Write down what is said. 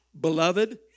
Beloved